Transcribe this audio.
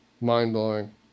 mind-blowing